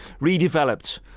redeveloped